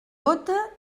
gota